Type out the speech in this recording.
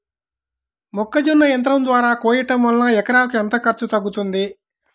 మొక్కజొన్న యంత్రం ద్వారా కోయటం వలన ఎకరాకు ఎంత ఖర్చు తగ్గుతుంది?